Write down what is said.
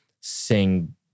sing